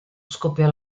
scoppiò